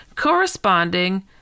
corresponding